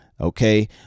Okay